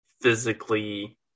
physically